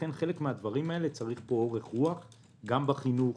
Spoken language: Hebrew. לכן בחלק מהדברים האלה צריך אורך רוח גם בחינוך